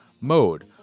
mode